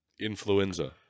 Influenza